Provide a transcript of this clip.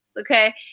Okay